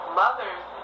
mothers